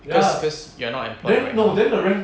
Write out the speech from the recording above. cause cause you're not employed right now mah